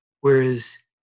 Whereas